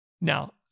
Now